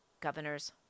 Governors